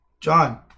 John